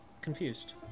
confused